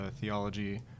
theology